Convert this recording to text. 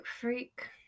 Freak